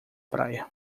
praia